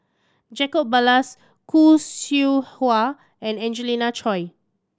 Jacob Ballas Khoo Seow Hwa and Angelina Choy